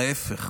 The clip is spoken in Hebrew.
ההפך.